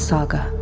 Saga